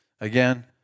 Again